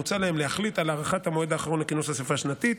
מוצע להן להחליט על דחיית המועד האחרון לכינוס אספה שנתית,